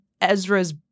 Ezra's